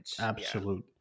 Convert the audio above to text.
absolute